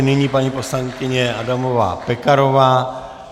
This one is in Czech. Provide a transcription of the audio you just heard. Nyní paní poslankyně Adamová Pekarová.